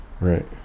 Right